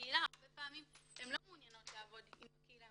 הקהילה לא מעוניינות לעבוד עם הקהילה.